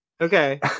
Okay